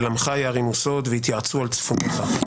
על-עמך, יערימו סוד, ויתייעצו, על-צפוניך.